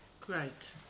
Great